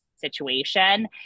situation